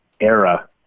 era